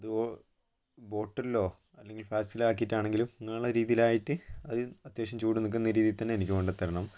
അത് ബോട്ടിലിലോ അല്ലങ്കിൽ ഫ്ലാസ്ക്കിലാക്കിയിട്ടാണെങ്കിലും നിങ്ങളുടെ രീതിയിലായിട്ട് അത് അത്യാവശ്യം ചൂട് നിൽക്കുന്ന രീതിയിൽ തന്നെ എനിക്ക് കൊണ്ടു തരണം